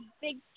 big